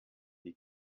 die